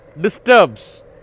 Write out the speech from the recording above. disturbs